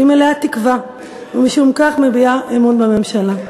אני מלאת תקווה ומשום כך מביעה אמון בממשלה.